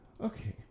Okay